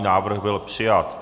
Návrh byl přijat.